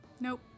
Nope